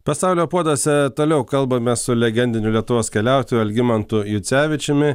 pasaulio puoduose toliau kalbame su legendiniu lietuvos keliautoju algimantu jucevičiumi